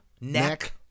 neck